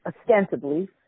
ostensibly